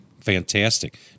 Fantastic